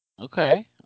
Okay